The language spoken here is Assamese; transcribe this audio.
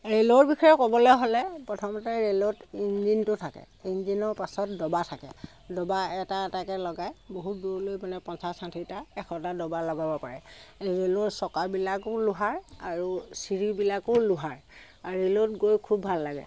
ৰে'লৰ বিষয়ে ক'বলৈ হ'লে প্ৰথমতে ৰে'লত ইঞ্জিনটো থাকে ইঞ্জিনৰ পাছত ডবা থাকে ডবা এটা এটাকৈ লগাই বহুত দূৰলৈ মানে পঞ্চাছ ষাঠিটা এশটা ডবা লগাব পাৰে ৰে'লৰ চকাবিলাকো লোহাৰ আৰু চিৰিবিলাকো লোহাৰ আৰু ৰে'লত গৈ খুব ভাল লাগে